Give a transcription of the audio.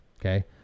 Okay